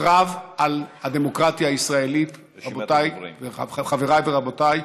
הקרב על הדמוקרטיה הישראלית, חבריי ורבותיי,